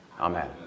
Amen